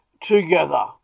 together